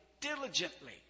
diligently